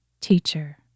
Teacher